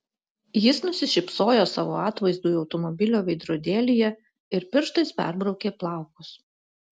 jis nusišypsojo savo atvaizdui automobilio veidrodėlyje ir pirštais perbraukė plaukus